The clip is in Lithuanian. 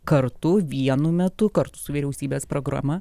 kartu vienu metu kartu su vyriausybės programa